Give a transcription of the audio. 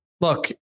Look